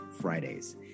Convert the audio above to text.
Fridays